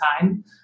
time